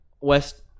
West